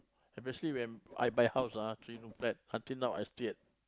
especially when I buy house ah three room flat until now I still at